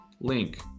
Link